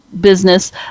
business